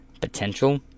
Potential